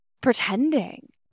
pretending